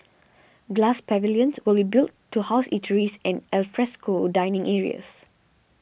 glass pavilions will be built to house eateries and alfresco dining areas